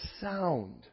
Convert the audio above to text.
sound